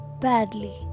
badly